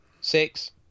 Six